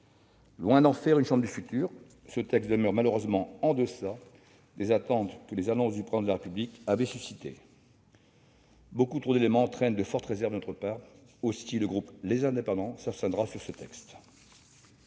Loin d'en faire une « Chambre du futur », ce texte demeure malheureusement en deçà des attentes que les annonces du Président de la République avaient. Beaucoup trop d'éléments entraînent de fortes réserves de notre part. Aussi, le groupe Les Indépendants s'abstiendra sur ce texte.